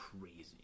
crazy